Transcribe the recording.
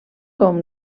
com